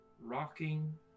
rocking